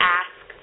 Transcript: ask